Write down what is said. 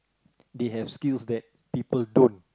they have skills that people don't